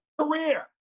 career